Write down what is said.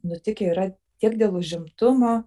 nutikę yra tiek dėl užimtumo